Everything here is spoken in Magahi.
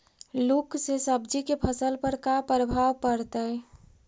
लुक से सब्जी के फसल पर का परभाव पड़तै?